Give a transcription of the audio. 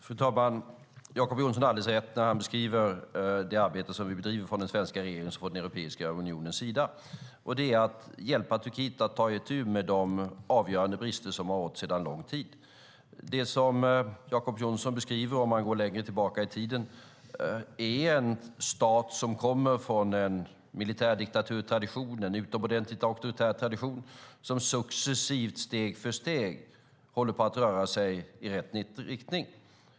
Fru talman! Jacob Johnson har alldeles rätt när han beskriver det arbete som vi bedriver från den svenska regeringens och Europeiska unionens sida. Det handlar om att hjälpa Turkiet att ta itu med de avgörande brister som har rått sedan lång tid. Det som Jacob Johnson beskriver, om man går längre tillbaka i tiden, är en stat som kommer från en militärdiktaturtradition - en utomordentligt auktoritär tradition - som successivt och steg för steg håller på att röra sig i rätt riktning.